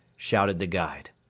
shouted the guide.